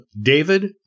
David